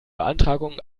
beantragung